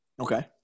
Okay